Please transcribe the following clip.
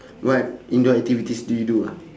what indoor activities did you do ah